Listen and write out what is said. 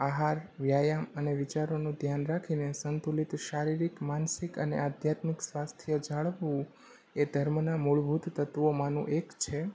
આહાર વ્યાયામ અને વિચારોનું ધ્યાન રાખીને સંતુલિત શારીરિક માનસિક અને આધ્યાત્મિક સ્વાસ્થ્ય જાળવવું એ ધર્મના મૂળભૂત તત્વોમાંનું એક છે